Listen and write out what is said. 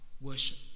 worship